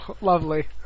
lovely